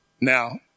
Now